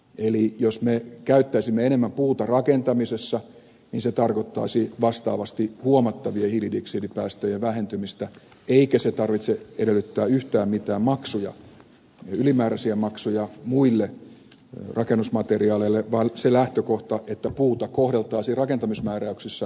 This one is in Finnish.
eli jos me käyttäisimme enemmän puuta rakentamisessa se tarkoittaisi vastaavasti huomattavaa hiilidioksidipäästöjen vähentymistä eikä sen tarvitse edellyttää yhtään mitään ylimääräisiä maksuja muille rakennusmateriaaleille vaan olisi se lähtökohta että puuta kohdeltaisiin rakentamismääräyksissä asiallisesti